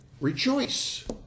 Rejoice